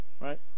right